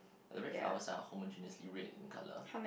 the red flowers are homogeneously red in colour